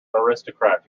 aristocrat